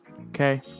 Okay